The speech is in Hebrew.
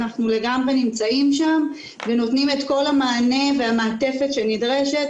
אנחנו לגמרי נמצאים שם ונותנים את כל המענה והמעטפת שנדרשת,